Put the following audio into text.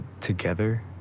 together